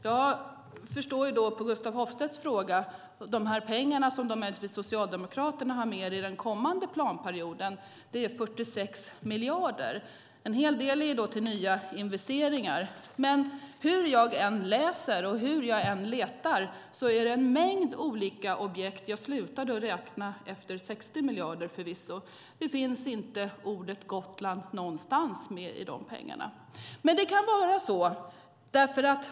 Jag förstår av Gustaf Hoffstedts fråga att det som Socialdemokraterna har mer i den kommande planperioden är 46 miljarder, en hel del till nya investeringar. Men hur jag än läser och hur jag än letar bland en mängd olika objekt - jag slutade förvisso att räkna efter 60 miljarder - finns inte ordet Gotland med någonstans.